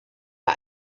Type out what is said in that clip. war